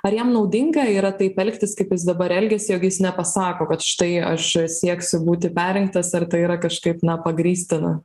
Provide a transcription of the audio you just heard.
ar jam naudinga yra taip elgtis kaip jis dabar elgiasi jog jis nepasako kad štai aš sieksiu būti perrinktas ar tai yra kažkaip na pagrįstina